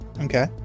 Okay